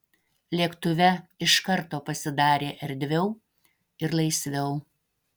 lėktuve iš karto pasidarė erdviau ir laisviau